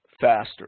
faster